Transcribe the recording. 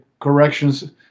corrections